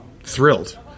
thrilled